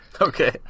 Okay